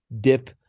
dip